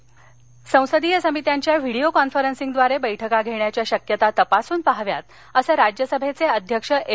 संसदीय समिती संसदीय समित्यांच्या व्हिडिओ कॉन्फरन्सिंगद्वारे बैठका घेण्याच्या शक्यता तपासून पाहाव्यात असं राज्यसभेचे अध्यक्ष एम